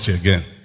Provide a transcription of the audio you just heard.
again